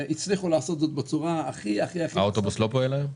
הצליחו לעשות זאת בצורה הכי --- האוטובוס לא פועל היום?